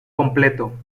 completo